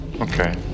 Okay